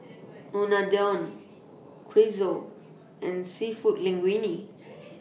Unadon Chorizo and Seafood Linguine